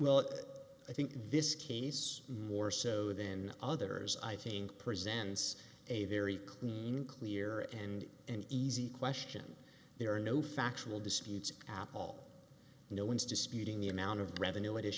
well i think this case more so than others i think presents a very clean and clear and and easy question there are no factual disputes apple no one's disputing the amount of revenue